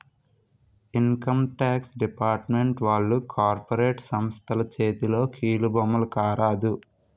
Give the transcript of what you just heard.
income tax department వాళ్లు corporate సంస్థల చేతిలో కీలుబొమ్మల కారాదు